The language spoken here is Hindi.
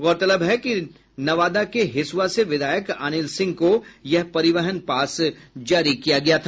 गौरतलब है कि नवादा के हिसुआ से विधायक अनिल सिंह को यह परिवहन पास जारी किया गया था